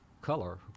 color